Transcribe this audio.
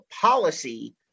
policy